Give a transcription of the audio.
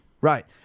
Right